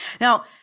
Now